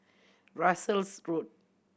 Russels Road